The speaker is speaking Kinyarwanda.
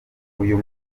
uyu